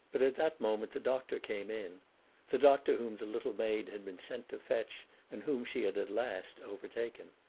but at that moment the doctor came in the doctor whom the little maid had been sent to fetch and whom she had at last overtaken.